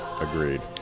Agreed